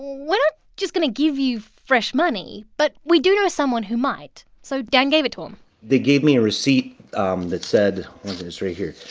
we're not just going to give you fresh money. but we do know someone who might, so dan gave it to them they gave me a receipt um that said well, this right here